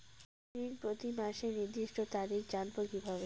ঋণ প্রতিমাসের নির্দিষ্ট তারিখ জানবো কিভাবে?